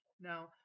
Now